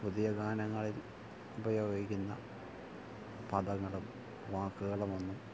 പുതിയ ഗാനങ്ങളിൽ ഉപയോഗിക്കുന്ന പദങ്ങളും വാക്കുകളും ഒന്നും